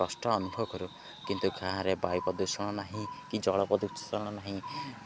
କଷ୍ଟ ଅନୁଭବ କରୁ କିନ୍ତୁ ଗାଁରେ ବାୟୁ ପ୍ରଦୂଷଣ ନାହିଁ କି ଜଳ ପ୍ରଦୂଷଣ ନାହିଁ